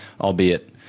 albeit